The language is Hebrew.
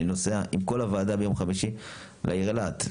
אני נוסע עם כל הוועדה ביום חמישי לעיר אילת,